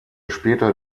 später